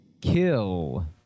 kill